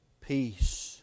peace